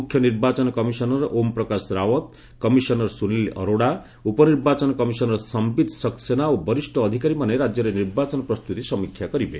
ମୁଖ୍ୟ ନିର୍ବାଚନ commissioner Om Prakash Rawat commissioner Sunil Arora ଉପ ନିର୍ବାଚନ କମିଶନର ସମ୍ପିତ୍ ସକ୍ସେନା ଓ ବରିଷ୍ଣ ଅଧିକାରୀମାନେ ରାଜ୍ୟରେ ନିର୍ବାଚନ ପ୍ରସ୍ତୁତି ସମୀକ୍ଷା କରିବେ